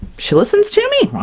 she listens to me?